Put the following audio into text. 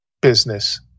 Business